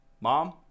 mom